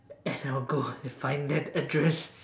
and I will go and find that address